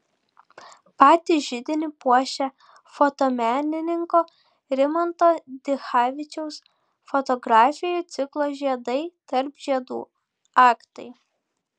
patį židinį puošia fotomenininko rimanto dichavičiaus fotografijų ciklo žiedai tarp žiedų aktai